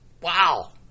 Wow